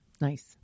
Nice